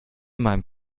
meinem